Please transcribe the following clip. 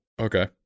Okay